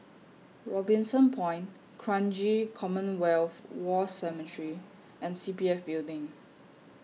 Robinson Point Kranji Commonwealth War Cemetery and C P F Building